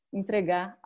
entregar